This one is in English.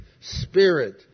Spirit